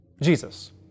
Jesus